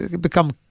become